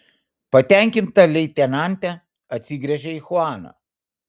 patenkinta leitenantė atsigręžė į chuaną